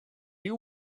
you